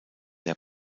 der